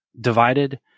divided